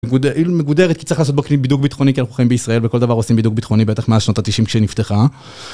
היא מגודרת כי צריך לעשות בו בידוק ביטחוני כי אנחנו חיים בישראל וכל דבר עושים בידוק ביטחוני בטח מהשנות ה-90 כשנפתחה